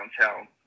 downtown